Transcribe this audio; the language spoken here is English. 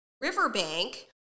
riverbank